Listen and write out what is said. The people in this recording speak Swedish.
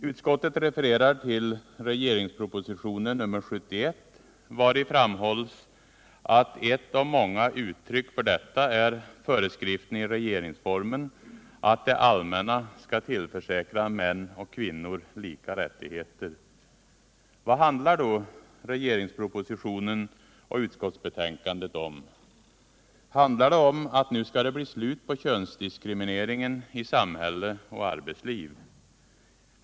Utskottet refererar till regeringspropositionen nr 71, vari framhålls att ett av många uttryck för detta är föreskriften i regeringsformen att det allmänna skall tillförsäkra män och kvinnor lika rättigheter. Vad handlar då regeringspropositionen och utskottsbetänkandet om? Handlar det om att det nu skall bli slut på könsdiskrimineringen i samhälle och arbetsliv?